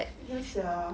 ya sia